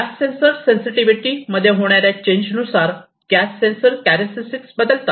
gas sensor sensitivity मध्ये होणाऱ्या change नुसार गॅस सेन्सर कॅरॅस्टिक्स बदलतात